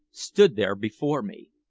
stood there before me!